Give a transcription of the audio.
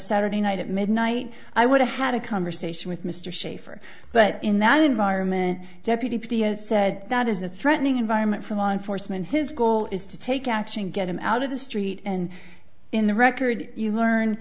saturday night at midnight i would have had a conversation with mr shaffer but in that environment deputy said that is a threatening environment for law enforcement his goal is to take action get him out of the street and in the record you learn